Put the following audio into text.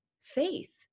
faith